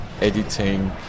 editing